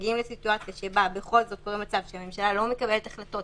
וכשמגיעים לסיטואציה שבה בכל זאת קורה מצב שהממשלה לא מקבלת החלטות